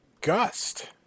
gust